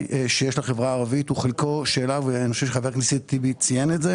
שיש לחברה הערבית אני חושב שחבר הכנסת טיבי ציין את זה